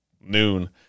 noon